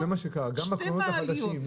גם בקרונות החדשים.